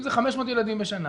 אם זה 500 ילדים בשנה,